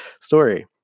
story